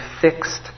fixed